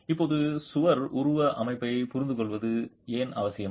இப்போது சுவர் உருவ அமைப்பைப் புரிந்துகொள்வது ஏன் அவசியம்